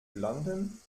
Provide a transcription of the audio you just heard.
london